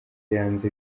yanze